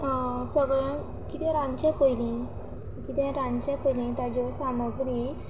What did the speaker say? सगळ्यांत कितें रांदचे पयलीं कितें रांदचे पयलीं ताच्यो सामुग्री